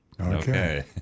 Okay